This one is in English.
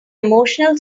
emotional